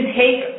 take